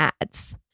ads